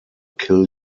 kill